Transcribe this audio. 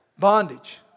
bondage